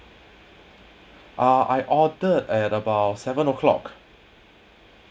ah I ordered at about seven o'clock